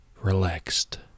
relaxed